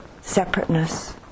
separateness